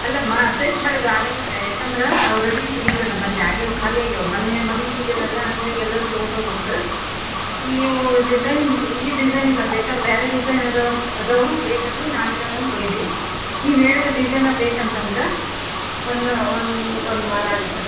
ಅಲ್ಲಮ್ಮಾ urgent ಮಾಡಿದ್ರೆ ಆಗೋದೇ ಇಲ್ಲ ಯಾಕಂದ್ರೆ ಅವುಗಳು ರೆಡಿ ಇದ್ವಿಲ್ಲಾ ನಮ್ಮಲ್ಲಿ ಆಗ್ಯಾವೆ ಖಾಲಿಯಾಗ್ಯಾವೆ ಮೊನ್ನೆ ಮದ್ವೆ ಸೀಸನ್ ಅಲ್ಲಾ ಹಾಗಾಗಿ ಎಲ್ಲರು ತಗೊಂಡು ಹೋಗ್ಬಿಟ್ರು ಈಗ ನೀವು ಡಿಸೈನ್ ಈ ಡಿಸೈನ್ ಇಲ್ಲ ಬೇಕಾರೆ ಬೇರೆ ಡಿಸೈನ್ ಅದಾವು ಅಂತ ಅದಾವು ಬೇಕಂದ್ರೆ ನಾಳೆನೇ ಬಂದು ಓಯ್ಯಿರಿ ನೀವು ಹೇಳಿದ್ದ ಡಿಸೈನ್ ಬೇಕಂತ ಅಂದ್ರೆ ಒಂದು ಒಂದು ಒಂದು ವಾರ ಆಗುತ್ತೆ